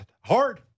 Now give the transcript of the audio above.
hard